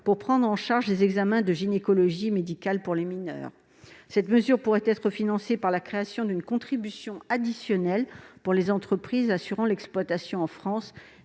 la prise en charge des examens de gynécologie médicale pour les mineures. Cette mesure pourrait être financée par la création d'une contribution additionnelle pour les entreprises assurant l'exploitation en France